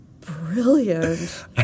brilliant